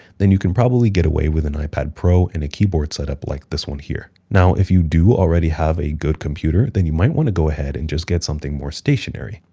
then you could probably get away with an ipad pro and a keyboard setup like this one here. now, if you do already have a good computer, then you might wanna go ahead and just get something more stationary.